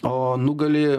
o nugali